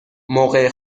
موقع